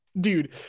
Dude